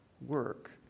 work